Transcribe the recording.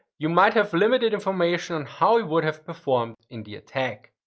you might have limited information on how he would have performed in the attack.